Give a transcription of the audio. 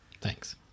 Thanks